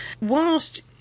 whilst